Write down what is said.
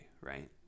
right